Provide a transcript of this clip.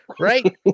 right